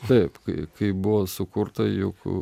taip kai kai buvo sukurta juk